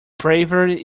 bravery